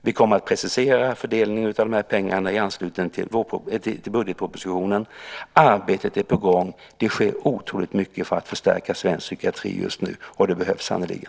Vi kommer att precisera fördelningen av dessa pengar i anslutning till budgetpropositionen. Arbetet är på gång. Det sker otroligt mycket för att förstärka svensk psykiatri just nu, och det behövs sannerligen.